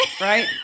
right